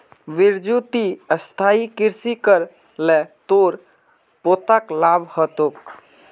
बिरजू ती स्थायी कृषि कर ल तोर पोताक लाभ ह तोक